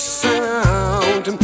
sound